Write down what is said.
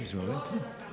Izvolite.